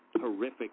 horrific